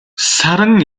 саран